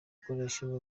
bukoresha